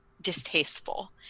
distasteful